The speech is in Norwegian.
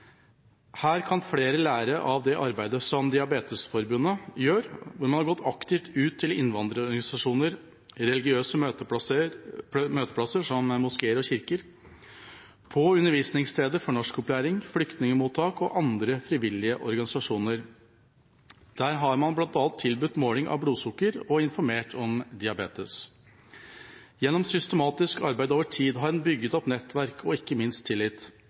Her kan flere lære av det arbeidet som Diabetesforbundet gjør, hvor man har gått aktivt ut til innvandrerorganisasjoner, religiøse møteplasser som moskeer og kirker, på undervisningssteder for norskopplæring, flyktningmottak og andre frivillige organisasjoner. Der har man bl.a. tilbudt måling av blodsukker og informert om diabetes. Gjennom systematisk arbeid over tid har en bygd opp nettverk og ikke minst tillit.